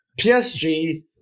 PSG